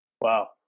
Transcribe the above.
Wow